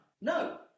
No